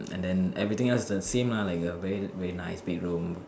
and then everything else is the same ah like a very very nice bedroom